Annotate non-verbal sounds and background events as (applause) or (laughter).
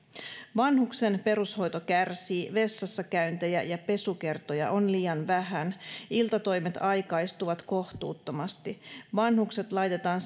vanhuksen perushoito kärsii vessassa käyntejä ja pesukertoja on liian vähän iltatoimet aikaistuvat kohtuuttomasti vanhukset laitetaan (unintelligible)